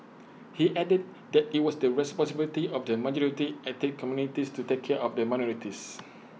he added that IT was the responsibility of the majority ethnic communities to take care of the minorities